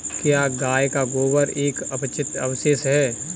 क्या गाय का गोबर एक अपचित अवशेष है?